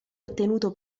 ottenuto